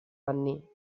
anni